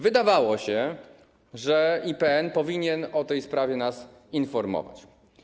Wydawało się, że IPN powinien o tej sprawie nas informować.